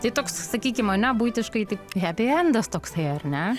tai toks sakykim ane buitiškai tai hepiendas toksai ar ne